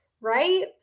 Right